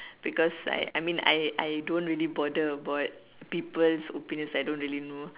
because I mean I I don't really bother about people's opinions I don't really know